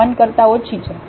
1 થી ઓછો છે